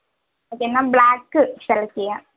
okay എന്നാൽ black select ചെയ്യാം